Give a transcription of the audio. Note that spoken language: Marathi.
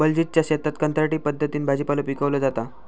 बलजीतच्या शेतात कंत्राटी पद्धतीन भाजीपालो पिकवलो जाता